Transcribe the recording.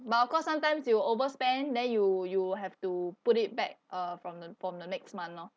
but of course sometimes you overspend then you you have to put it back uh from the from the next month loh